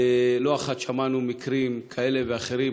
ולא אחת שמענו על מקרים כאלה ואחרים,